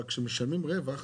אבל כשמשלמים רווח,